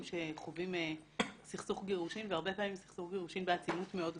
שחווים סכסוך גירושין והרבה פעמים סכסוך גירושין בעצימות מאוד גבוהה.